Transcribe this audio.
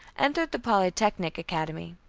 entered the polytechnic academy.